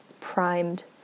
primed